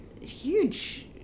huge